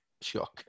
shock